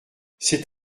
c’est